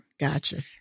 Gotcha